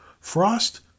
Frost